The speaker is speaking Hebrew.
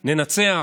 ננצח.